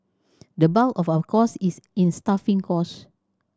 the bulk of our costs is in staffing costs